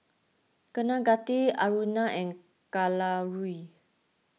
Kaneganti Aruna and Kalluri